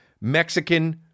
mexican